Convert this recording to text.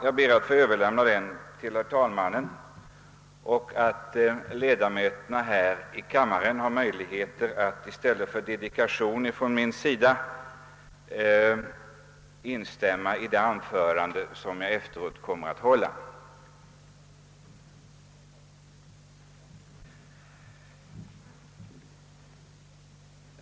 Jag ber att få överlämna detta kväde till herr talmannen och att ledamöterna här i kammaren har möjligheter att i stället för dedikation från min sida instämma i det anförande som jag efteråt kommer att hålla.